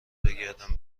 بگردم